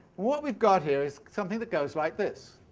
what we've got here is something that goes like this